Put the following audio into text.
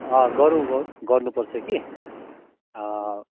अँ गरौँ गरौँ गर्नुपर्छ कि